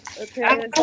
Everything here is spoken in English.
Okay